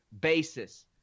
basis